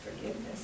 Forgiveness